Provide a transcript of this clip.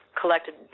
collected